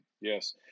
Yes